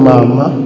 Mama